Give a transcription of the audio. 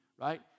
right